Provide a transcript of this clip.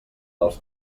dels